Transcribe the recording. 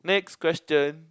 next question